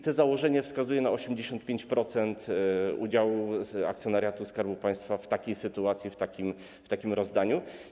To założenie wskazuje na 85% udziału akcjonariatu Skarbu Państwa w takiej sytuacji, w takim rozdaniu.